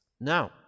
Now